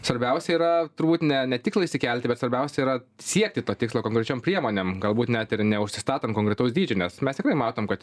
svarbiausia yra turbūt ne ne tikslą išsikelti bet svarbiausia yra siekti to tikslo konkrečiom priemonėm galbūt net ir neužsistatant konkretaus dydžio nes mes tikrai matom kad